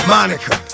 Monica